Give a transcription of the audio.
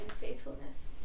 faithfulness